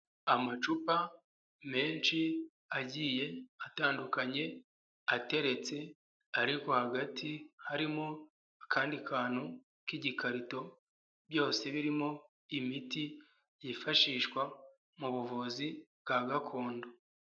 Amacupa menshi agiye atandukanye, ateretse ariko hagati harimo akandi kantu k'igikarito, byose birimo imiti yifashishwa mu buvuzi bwa gakondo.